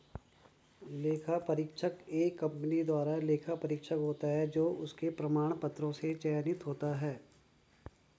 लेखा परीक्षक एक कंपनी द्वारा लेखा परीक्षक होता है जो उसके प्रमाण पत्रों से चयनित होता है